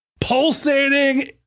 pulsating